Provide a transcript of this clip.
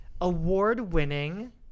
award-winning